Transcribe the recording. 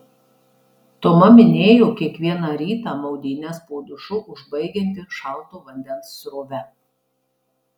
toma minėjo kiekvieną rytą maudynes po dušu užbaigianti šalto vandens srove